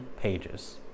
pages